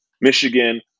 Michigan